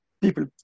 people